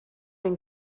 den